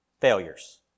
failures